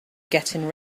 getting